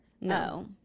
no